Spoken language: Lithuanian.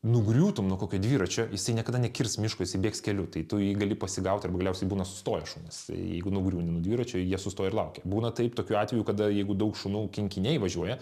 nugriūtum nuo kokio dviračio jisai niekada nekirs miško jisai bėgs keliu tai tu jį gali pasigauti ir galiausiai būna sustoję šunys jeigu nugriūni nuo dviračio ir jie sustoja ir laukia būna taip tokių atvejų kada jeigu daug šunų kinkiniai važiuoja